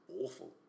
awful